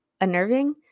unnerving